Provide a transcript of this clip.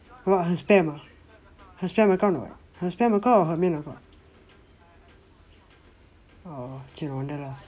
!wah! her spam ah her spam account or what her spam account or her main account orh !chey! no wonder lah